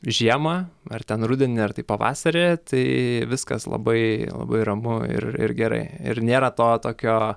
žiemą ar ten rudenį ar tai pavasarį tai viskas labai labai ramu ir ir gerai ir nėra to tokio